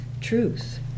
truth